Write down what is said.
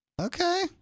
Okay